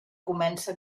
comença